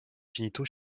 génitaux